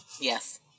Yes